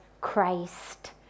Christ